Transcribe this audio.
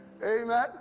Amen